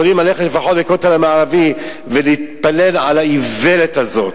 יכולים ללכת לפחות לכותל המערבי ולהתפלל על האיוולת הזאת.